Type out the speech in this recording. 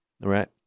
right